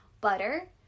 butter